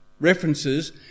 references